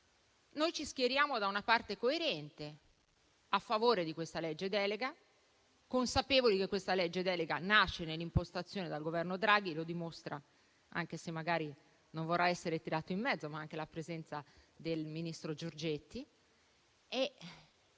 noi ci schieriamo da una parte coerente: a favore di questo disegno di legge delega, consapevoli che nasce nell'impostazione dal Governo Draghi e lo dimostra - anche se magari non vorrà essere tirato in mezzo - la presenza del ministro Giorgetti.